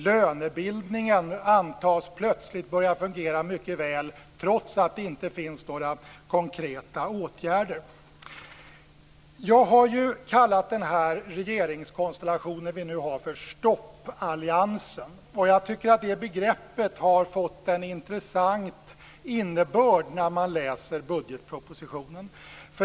Lönebildningen antas plötsligt börja fungera mycket väl, trots att det inte finns några konkreta åtgärder. Jag har kallat den regeringskonstellation vi nu har för stoppalliansen. Jag tycker att det begreppet har fått en intressant innebörd när man läser budgetpropositionen.